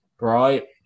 Right